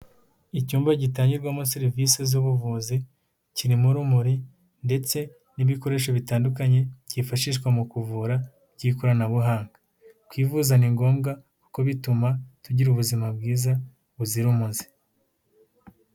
Icyumba gitangirwamo serivisi z'ubuvuzi, kirimo urumuri ndetse n'ibikoresho bitandukanye byifashishwa mu kuvura by'ikoranabuhanga, kwivuza ni ngombwa kuko bituma tugira ubuzima bwiza buzira umuze.